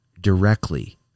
directly